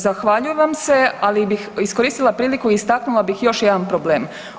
Zahvaljujem vam se, ali bih iskoristila priliku i istaknula bih još jedan problem.